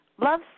Love